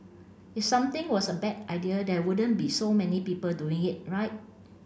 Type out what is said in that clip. if something was a bad idea there wouldn't be so many people doing it right